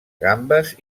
gambes